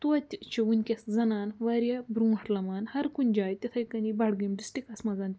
تویتہِ چھُ وٕنۍکٮ۪س زنان وارِیاہ برٛونٛٹھ لمان ہر کُنہِ جایہِ تِتھَے کٔنی بَڑگٲم ڈسٹِکس منٛز تہِ